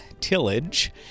tillage